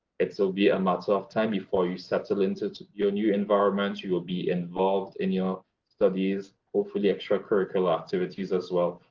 it will so be a matter of time before you settle into your new environment. you will be involved in your studies, hopefully extracurricular activities as well.